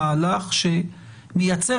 מה לא ניתן